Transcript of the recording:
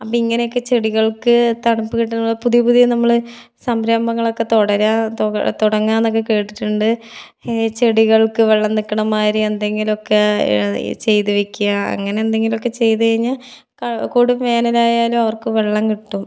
അപ്പം ഇങ്ങനെയൊക്കെ ചെടികൾക്ക് തണുപ്പ് കിട്ടാനുള്ള പുതിയ പുതിയ നമ്മൾ സംരംഭങ്ങളൊക്കെ തുടരാൻ തുടങ്ങാമെന്നൊക്കെ കേട്ടിട്ടുണ്ട് ഈ ചെടികൾക്ക് വെള്ളം നിക്കണമാതിരി എന്തെങ്കിലുമൊക്കെ ചെയ്ത് വെക്കുക അങ്ങനെ എന്തെങ്ങിലുമൊക്കെ ചെയ്ത് കഴിഞ്ഞാൽ ക കൊടും വേനലായാലും അവർക്ക് വെള്ളം കിട്ടും